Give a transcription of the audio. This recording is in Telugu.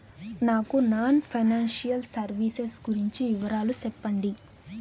నాకు నాన్ ఫైనాన్సియల్ సర్వీసెస్ గురించి వివరాలు సెప్పండి?